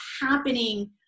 happening